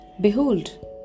Behold